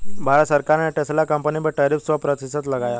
भारत सरकार ने Tesla company पर टैरिफ सो प्रतिशत लगाया